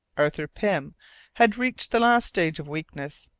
arthur pym had reached the last stage of weakness.